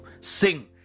Sing